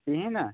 کِہیٖنۍ نا